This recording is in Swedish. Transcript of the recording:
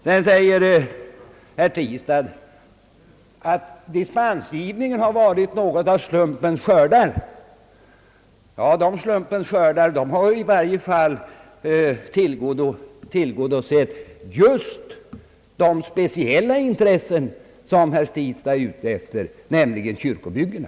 Sedan säger herr Tistad att dispensgivningen har inneburit något av slumpens skördar. Dessa slumpens skördar har i varje fall tillgodosett just de speciella intressen, som herr Tistad talar för, nämligen kyrkobyggena.